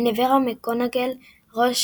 מינרווה מקגונגל – ראש